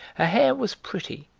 her hair was pretty,